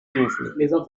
souffle